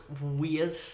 weird